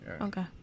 Okay